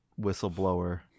whistleblower